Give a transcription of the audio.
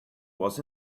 was